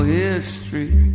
history